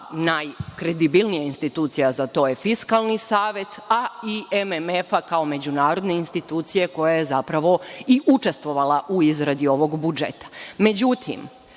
a najkredibilnija institucija za to je Fiskalni savet, a i MMF-a kao međunarodne institucije koja je zapravo i učestvovala u izradi ovog budžeta.Međutim,